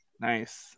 Nice